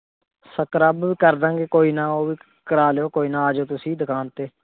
scrub ਕਰਦਾਂਗੇ ਕੋਈ ਨਾ ਉਹ ਵੀ ਕਰਾ ਲਿਓ ਕੋਈ ਨਾ ਆ ਜਿਓ ਤੁਸੀਂ ਦੁਕਾਨ 'ਤੇ